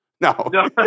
No